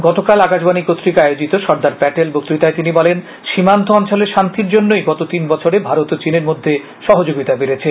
গতকাল আকাশবাণী কর্তৃক আয়োজিত সর্দার প্যাটেল বক্ততায় তিনি বলেন সীমান্ত অঞ্চলে শান্তির জন্যই গত তিন বছরে ভারত ও চিনের মধ্যে সহযোগিতা বেডেছে